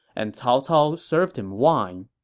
and cao cao served him wine.